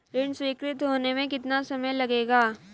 ऋण स्वीकृत होने में कितना समय लगेगा?